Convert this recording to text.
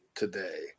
today